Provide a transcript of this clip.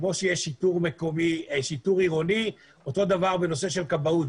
כמו שיש שיטור עירוני, אותו הדבר בנושא של כבאות.